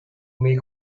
make